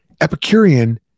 Epicurean